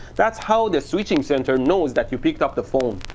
that's how the switching center knows that you picked up the phone.